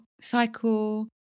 cycle